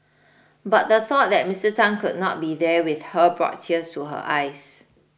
but the thought that Mister Tan could not be there with her brought tears to her eyes